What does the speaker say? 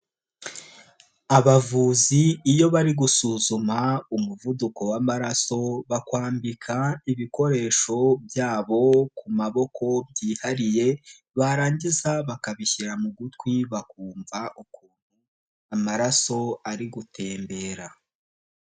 Abavuzi iyo bari gusuzuma umuvuduko w'amaraso bakwambika ibikoresho byabo ku maboko byihariye barangiza bakabishyira mu gutwi bakumva ukuntu amaraso ari gutembera.